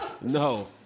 No